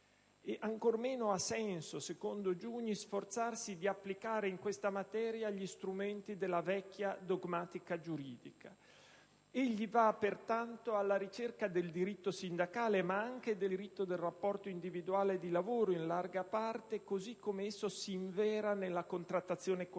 Ancor meno ha senso, secondo Giugni, sforzarsi di applicare a questa materia gli strumenti della vecchia dogmatica giuridica. Egli va pertanto alla ricerca del diritto sindacale (ma anche in larga parte del diritto del rapporto individuale di lavoro) così come esso si invera nella contrattazione collettiva,